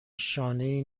شانهای